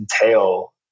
entail